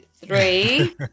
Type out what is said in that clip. three